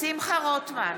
שמחה רוטמן,